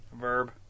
verb